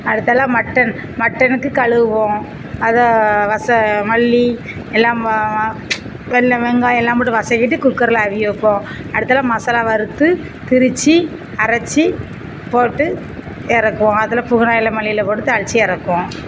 அடுத்தாபுல mutton மட்டனுக்கு கழுவுவோம் அதை வத மல்லி எல்லாம் மா எண்ணெய் வெங்காயம்லாம் போட்டு வதக்கிட்டு குக்கரில் அவிய வைப்போம் அடுத்தது மசாலா வறுத்து திரித்து அரைச்சி போட்டு இறக்குவோம் அதில் புதினா எலை மல்லி எலை போட்டு தாளித்து இறக்குவோம்